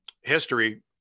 history